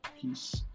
peace